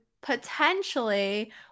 potentially